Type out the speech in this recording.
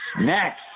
Next